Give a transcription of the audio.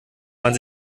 man